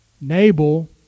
Nabal